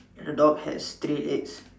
and the dog has three legs